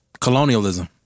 colonialism